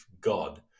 God